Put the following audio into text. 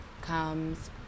comes